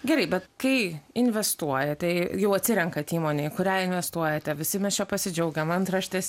gerai bet kai investuojate jau atsirenkat įmonę į kurią investuojate visi mes čia pasidžiaugiam antraštės